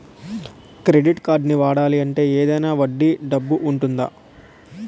Credit కార్డ్ని వాడాలి అంటే ఏదైనా వడ్డీ డబ్బు ఉంటుందా?